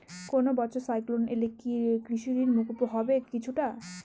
কোনো বছর সাইক্লোন এলে কি কৃষি ঋণ মকুব হবে কিছুটা?